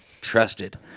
trusted